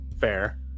Fair